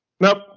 Nope